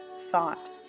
thought